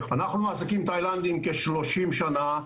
אנחנו מעסיקים תאילנדים כ-30 שנה,